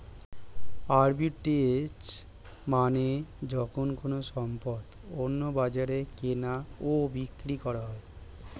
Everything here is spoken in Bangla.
আরবিট্রেজ মানে যখন কোনো সম্পদ অন্য বাজারে কেনা ও বিক্রি করা হয়